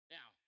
Now